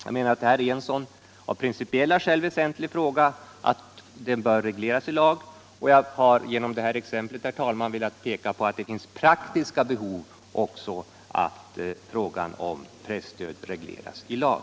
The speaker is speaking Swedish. Jag anser att det här är en av principiella skäl så väsentlig fråga att den bör regleras i lag. Jag har genom detta exempel, herr talman, velat peka på att det finns också praktiska behov av att frågan om presstöd regleras i lag.